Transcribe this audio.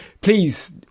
Please